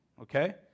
Okay